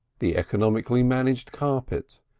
the economically managed carpet,